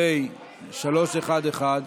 פ/311,